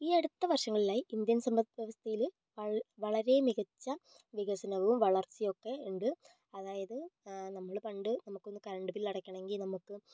ഈ അടുത്ത വർഷങ്ങളിലായി ഇന്ത്യൻ സമ്പത്ത് വ്യവസ്ഥയിൽ വളരെ മികച്ച വികസനവും വളർച്ചയൊക്കെയുണ്ട് അതായത് നമ്മൾ പണ്ട് നമുക്കൊന്ന് കറണ്ട് ബിൽ അടയ്ക്കണമെങ്കിൽ നമുക്ക്